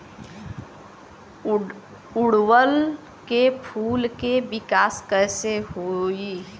ओड़ुउल के फूल के विकास कैसे होई?